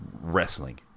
wrestling